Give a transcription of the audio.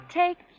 take